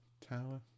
tower